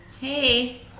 Hey